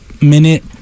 minute